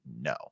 No